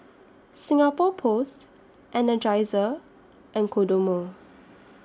Singapore Post Energizer and Kodomo